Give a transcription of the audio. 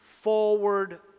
Forward